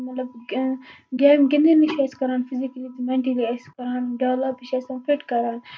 مطلب گیمہٕ گِندنۍ چھِ اَسہِ کران فِزِکٔلی تہٕ مینٹلی اَسہِ کران ڈیولَپ یہِ چھُ اَسہِ فِٹ کران